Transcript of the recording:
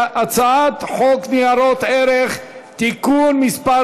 הצעת חוק ניירות ערך (תיקון מס'